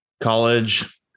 college